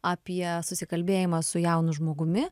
apie susikalbėjimą su jaunu žmogumi